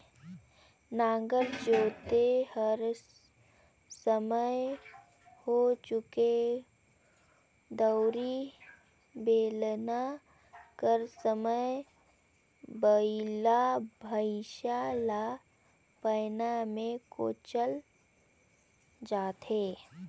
नांगर जोते कर समे होए चहे दउंरी, बेलना कर समे बइला भइसा ल पैना मे कोचल जाथे